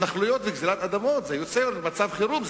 התנחלויות וגזלת אדמות זה יוצר מצב חירום,